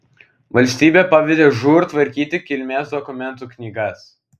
valstybė pavedė žūr tvarkyti kilmės dokumentų knygas